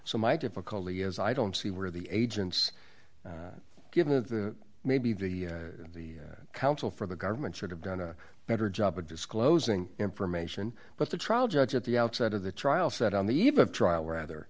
so my difficulty is i don't see where the agents give the maybe the the counsel for the government should have done a better job of disclosing information but the trial judge at the outset of the trial said on the eve of trial rather